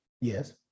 Yes